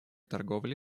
торговли